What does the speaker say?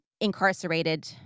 incarcerated